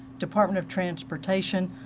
department of transportation,